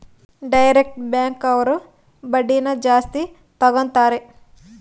direct bank ಅವ್ರು ಬಡ್ಡಿನ ಜಾಸ್ತಿ ತಗೋತಾರೆ